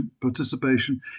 participation